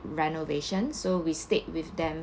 renovation so we stayed with them